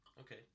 Okay